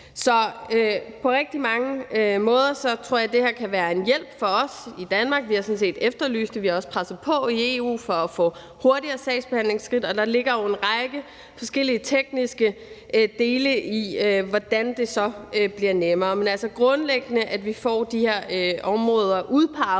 her på rigtig mange måder kan være en hjælp for os i Danmark – vi har sådan set efterlyst det, og vi har også presset på i EU for at få hurtigere sagsbehandlingsskridt – og der ligger jo en række forskellige tekniske dele, i forhold til hvordan det så bliver nemmere, men at vi altså grundlæggende får udpeget de områder,